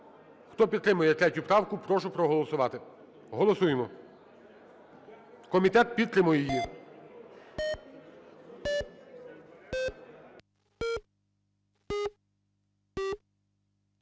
хто підтримує 3 правку, прошу проголосувати. Голосуємо. Комітет підтримує її.